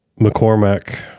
McCormack